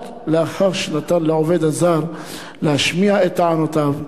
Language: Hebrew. רק לאחר שנתן לעובד הזר להשמיע את טענותיו,